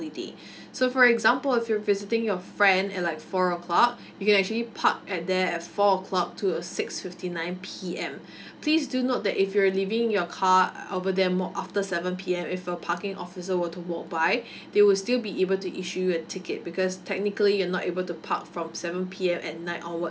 so for example if you're visiting your friend at like four o'clock you can actually park at there at four o'clock to a six fifty nine P_M please do note that if you're leaving your car over there more after seven P_M if a parking officer were to walk by they will still be able to issue you a ticket because technically you're not able to park from seven P_M at night onwards